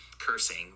cursing